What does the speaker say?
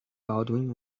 baldwin